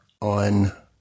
on